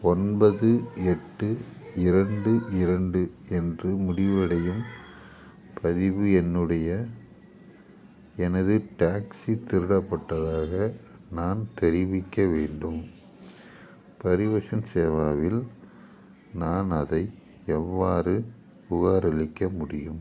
ஒன்பது எட்டு இரண்டு இரண்டு என்று முடிவடையும் பதிவு எண்ணுடைய எனது டாக்ஸி திருடப்பட்டதாக நான் தெரிவிக்க வேண்டும் பரிவஷன் சேவாவில் நான் அதை எவ்வாறு புகார் அளிக்க முடியும்